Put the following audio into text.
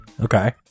Okay